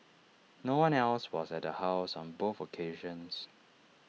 no one else was at the house on both occasions